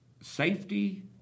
safety